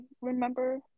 remember